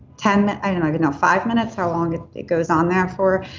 ten, i don't even know, five minutes, how long it goes on there for,